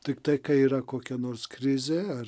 tiktai kai yra kokia nors krizė ar